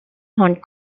hong